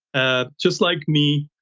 ah just like me,